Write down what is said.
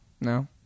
No